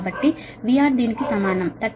కాబట్టి VR దీనికి సమానం 38